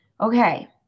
Okay